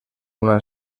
una